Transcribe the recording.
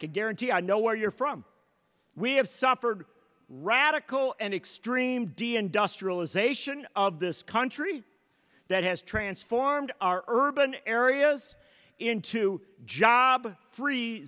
can guarantee i know where you're from we have suffered radical and extreme dnd dust realisation of this country that has transformed our urban areas into job free